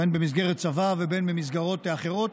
בין במסגרת צבא ובין במסגרות אחרות,